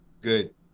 good